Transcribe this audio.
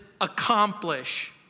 accomplish